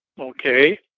Okay